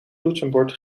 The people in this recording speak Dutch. toetsenbord